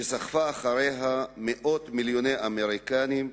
שסחפה אחריה מאות מיליוני אמריקנים,